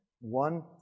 One